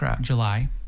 July